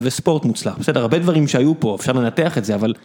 וספורט מוצלח. בסדר, הרבה דברים שהיו פה, אפשר לנתח את זה, אבל...